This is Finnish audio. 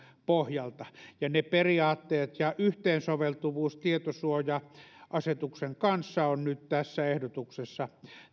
pohjalta ne periaatteet ja yhteensoveltuvuus tietosuoja asetuksen kanssa on nyt tässä ehdotuksessa